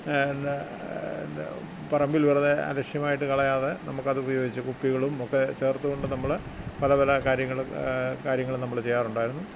പറമ്പിൽ വെറുതെ അലക്ഷ്യമായിട്ട് കളയാതെ നമുക്ക് അത് ഉപയോഗിച്ച് കുപ്പികളും ഒക്കെ ചേർത്തുകൊണ്ട് നമ്മൾ പല പല കാര്യങ്ങളും കാര്യങ്ങളും നമ്മൾ ചെയ്യാറുണ്ടായിരുന്നു